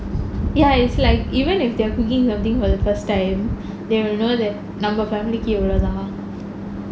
ya is like even if they cooking something for the first time they will know that நம்ப:namba family இவ்ளோதான்:ivalothaan